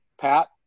Pat